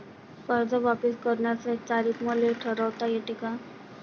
कर्ज वापिस करण्याची तारीख मले ठरवता येते का?